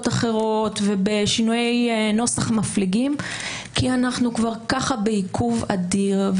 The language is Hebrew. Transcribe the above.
אחרות ובשינויי נוסח מפליגים כי אנחנו גם ככה בעיכוב אדיר.